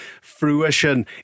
fruition